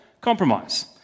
compromise